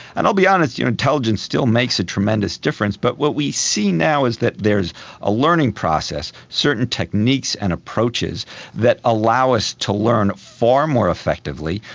and i'll be honest here, intelligence still makes a tremendous difference, but what we see now is that there is a learning process, certain techniques and approaches that allow us to learn far more effectively.